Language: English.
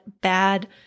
bad